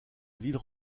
ville